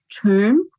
term